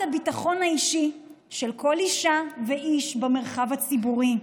הביטחון האישי של כל אישה ואיש במרחב הציבורי.